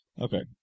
okay